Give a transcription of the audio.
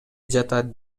жатат